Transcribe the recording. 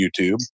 YouTube